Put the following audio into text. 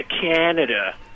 Canada